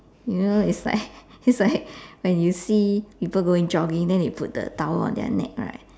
you know it's like it's like when you see people going jogging then they put the towel on their neck right